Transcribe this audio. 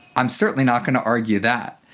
i'm certainly not going to argue that.